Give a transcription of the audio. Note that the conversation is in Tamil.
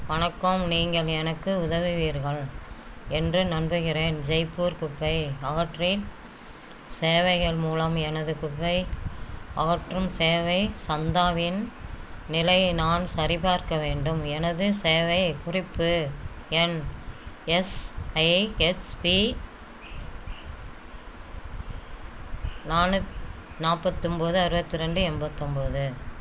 வணக்கம் நீங்கள் எனக்கு உதவுவீர்கள் என்று நம்புகிறேன் ஜெய்ப்பூர் குப்பை அகற்றி சேவைகள் மூலம் எனது குப்பை அகற்றும் சேவை சந்தாவின் நிலையை நான் சரிபார்க்க வேண்டும் எனது சேவை குறிப்பு எண் எஸ் ஐ எஸ் பி நானூத் நாற்பத்தொம்போது அறுபத்தி ரெண்டு எண்பத்தொம்போது